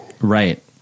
right